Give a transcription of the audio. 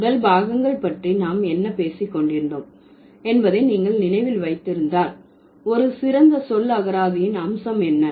உடல் பாகங்கள் பற்றி நாம் என்ன பேசிக்கொண்டிருந்தோம் என்பதை நீங்கள் நினைவில் வைத்திருந்தால் ஒரு சிறந்த சொல்லகராதியின் அம்சம் என்ன